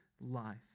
life